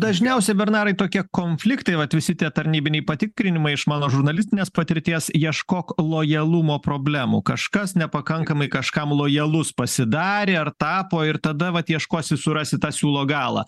dažniausiai bernarai tokie konfliktai vat visi tie tarnybiniai patikrinimai iš mano žurnalistinės patirties ieškok lojalumo problemų kažkas nepakankamai kažkam lojalus pasidarė ar tapo ir tada vat ieškosi surasi tą siūlo galą